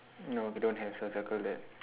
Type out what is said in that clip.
no we don't have so circle that